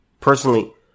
Personally